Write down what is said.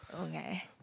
Okay